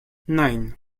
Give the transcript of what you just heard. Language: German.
nein